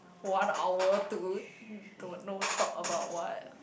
one hour to don't know talk about what